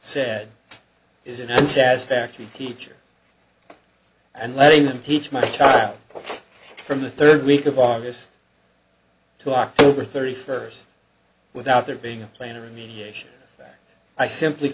said is it and satisfactory teacher and letting them teach my child from the third week of august to october thirty first without there being a plan or remediation that i simply